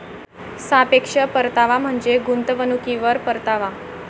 सापेक्ष परतावा म्हणजे गुंतवणुकीवर परतावा